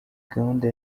gahunda